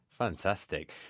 Fantastic